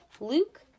Luke